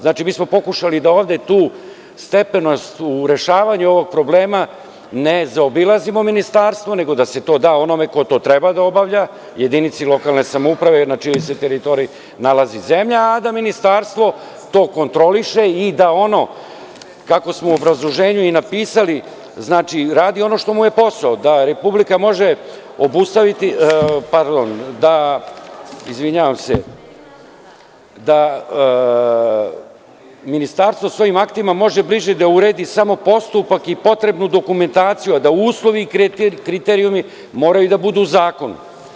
Znači mi smo pokušali da ovde tu stepenost u rešavanju ovog problema ne zaobilazimo ministarstvo, nego da se to da onome ko to treba da obavlja, jedinici lokalne samouprave na čijoj se teritoriji nalazi zemlja, a da ministarstvo to kontroliše i da ono, kako smo u obrazloženju i napisali, znači radi ono što mu je posao, da Republika može obustaviti, pardon, izvinjavam se, da ministarstvo svojim aktima može bliže da uredi samo postupak i potrebnu dokumentaciju, a da uslovi i kriterijumi moraju da budu u zakonu.